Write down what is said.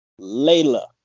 Layla